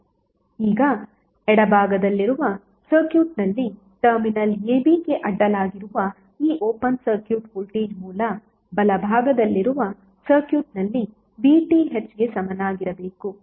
ಈಗ ಎಡಭಾಗದಲ್ಲಿರುವ ಸರ್ಕ್ಯೂಟ್ನಲ್ಲಿ ಟರ್ಮಿನಲ್ abಗೆ ಅಡ್ಡಲಾಗಿರುವ ಈ ಓಪನ್ ಸರ್ಕ್ಯೂಟ್ ವೋಲ್ಟೇಜ್ ಮೂಲ ಬಲಭಾಗದಲ್ಲಿರುವ ಸರ್ಕ್ಯೂಟ್ನಲ್ಲಿ VThಗೆ ಸಮನಾಗಿರಬೇಕು